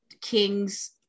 King's